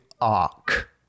arc